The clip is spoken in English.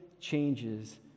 changes